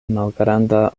malgranda